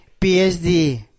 PhD